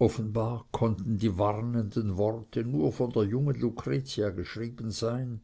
offenbar konnten die warnenden worte nur von der jungen lucretia geschrieben sein